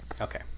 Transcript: Okay